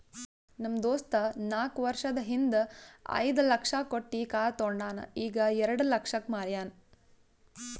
ನಮ್ ದೋಸ್ತ ನಾಕ್ ವರ್ಷದ ಹಿಂದ್ ಐಯ್ದ ಲಕ್ಷ ಕೊಟ್ಟಿ ಕಾರ್ ತೊಂಡಾನ ಈಗ ಎರೆಡ ಲಕ್ಷಕ್ ಮಾರ್ಯಾನ್